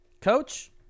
Coach